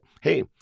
hey